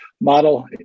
model